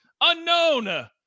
unknown